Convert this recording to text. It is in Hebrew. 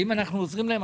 האם אנחנו עוזרים להם?